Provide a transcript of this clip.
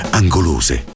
angolose